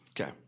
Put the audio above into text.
okay